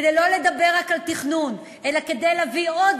כדי לא רק לדבר על תכנון אלא להביא עוד